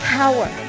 power